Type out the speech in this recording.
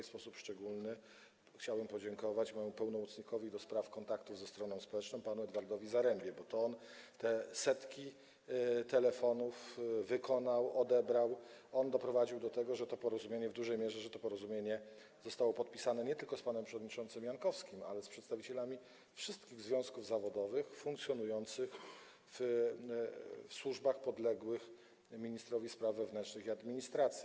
W sposób szczególny chciałbym podziękować mojemu pełnomocnikowi do spraw kontaktu ze stroną społeczną panu Edwardowi Zarembie, bo to on te setki telefonów wykonał, odebrał, doprowadził do tego, że to porozumienie zostało podpisane nie tylko z panem przewodniczącym Jankowskim, ale również z przedstawicielami wszystkich związków zawodowych funkcjonujących w służbach podległych ministrowi spraw wewnętrznych i administracji.